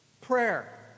Prayer